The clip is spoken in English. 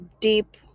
Deep